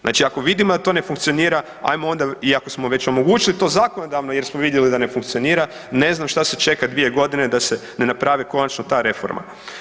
Znači ako vidimo da to ne funkcionira ajmo onda iako smo već omogućili to zakonodavno jer smo vidjeli da ne funkcionira ne znam šta se čeka 2.g. da se ne napravi konačno ta reforma.